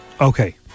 okay